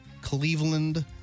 Cleveland